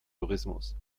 tourismus